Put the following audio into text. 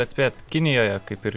atspėt kinijoje kaip ir